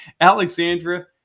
Alexandra